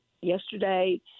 yesterday